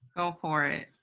go for it.